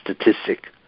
statistic